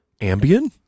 Ambien